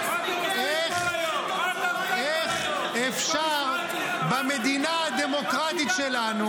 --- אתם כלום --- איך אפשר במדינה הדמוקרטית שלנו